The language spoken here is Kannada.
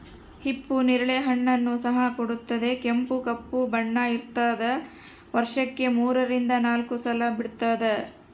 ಹಿಪ್ಪು ನೇರಳೆ ಹಣ್ಣನ್ನು ಸಹ ಕೊಡುತ್ತದೆ ಕೆಂಪು ಕಪ್ಪು ಬಣ್ಣ ಇರ್ತಾದ ವರ್ಷಕ್ಕೆ ಮೂರರಿಂದ ನಾಲ್ಕು ಸಲ ಬಿಡ್ತಾದ